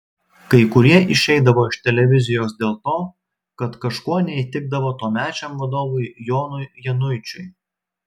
kai kurie išeidavo iš televizijos dėl to kad kažkuo neįtikdavo tuomečiam vadovui jonui januičiui